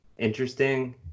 Interesting